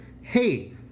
hey